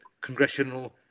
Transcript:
congressional